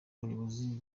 bayobozi